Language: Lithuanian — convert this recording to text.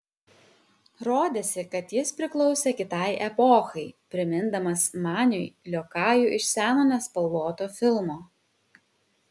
rodėsi kad jis priklausė kitai epochai primindamas maniui liokajų iš seno nespalvoto filmo